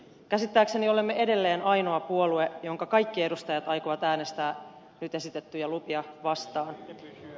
käsittääkseni olemme edelleen ainoa puolue jonka kaikki edustajat aikovat äänestää nyt esitettyjä lupia vastaan